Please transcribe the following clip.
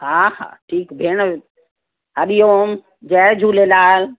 हा हा ठीकु भेण हरिओम जय झूलेलाल